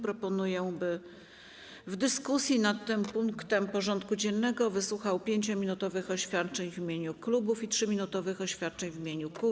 Proponuję, by w dyskusji nad tym punktem porządku dziennego Sejm wysłuchał 5-minutowych oświadczeń w imieniu klubów i 3-minutowych oświadczeń w imieniu kół.